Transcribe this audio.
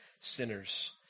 sinners